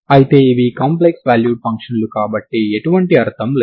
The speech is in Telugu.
అయితే ఇవి కాంప్లెక్స్ వాల్యూడ్ ఫంక్షన్లు కాబట్టి ఎటువంటి అర్థం లేదు